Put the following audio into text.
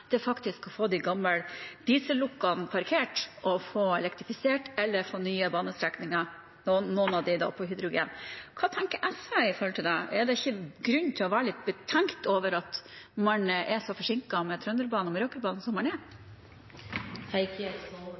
faktisk er å få de gamle diesellokomotivene parkert og få elektrifisert, eller få nye banestrekninger – noen av dem på hydrogen. Hva tenker SV om det? Er det ikke grunn til å være litt betenkt over at man er så forsinket med Trønderbanen og Meråkerbanen som man er?